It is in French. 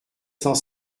cent